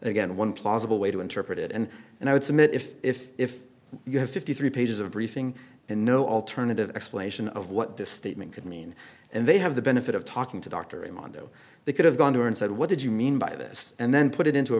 again one plausible way to interpret it and and i would submit if if if you have fifty three pages of everything and no alternative explanation of what this statement could mean and they have the benefit of talking to dr rimando they could have gone to her and said what did you mean by this and then put it into a